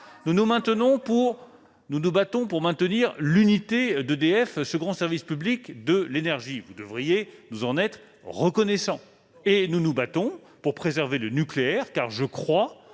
Nous nous battons pour maintenir l'unité d'EDF, ce grand service public de l'énergie : vous devriez nous en être reconnaissants ! Non ! Nous nous battons aussi pour préserver le nucléaire. Je crois